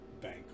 Bank